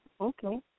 Okay